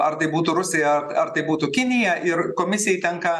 ar tai būtų rusija ar ar tai būtų kinija ir komisijai tenka